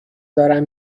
دارم